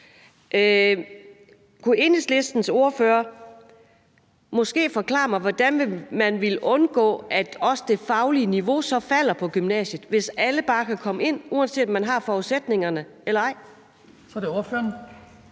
Kunne Enhedslistens ordfører måske forklare mig, hvordan man vil undgå, at det faglige niveau falder på gymnasiet, hvis alle bare kan komme ind, uanset om de har forudsætningerne eller ej? Kl. 12:35 Den